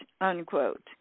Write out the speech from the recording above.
unquote